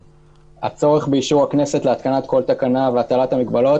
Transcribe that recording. הצורך באישור הכנסת להתקנת כל תקנה והטלת מגבלות